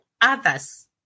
others